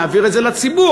נעביר את זה לציבור.